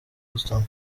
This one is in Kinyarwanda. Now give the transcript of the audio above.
houston